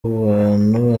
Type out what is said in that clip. bantu